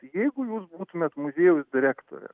jeigu jūs būtumėt muziejaus direktore